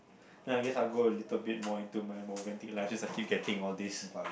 then I guess I'll go a little bit more into my romantic life since I keep getting all these